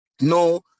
No